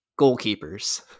goalkeepers